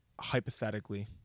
hypothetically